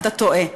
אתה טועה.